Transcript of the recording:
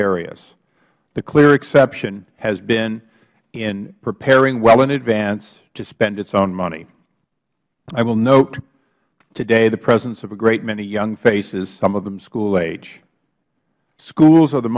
areas the clear exception has been in preparing well in advance to spend its own money i will note today the presence of a great many young faces some of them school age schools are the